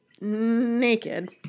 naked